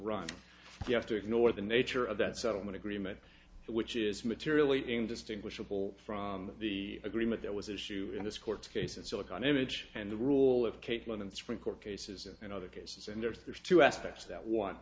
run you have to ignore the nature of that settlement agreement which is materially indistinguishable from the agreement that was issue in this court case and silicon image and the rule of kaitlin in the supreme court cases and other cases and there's there's two aspects that one